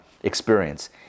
experience